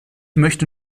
möchte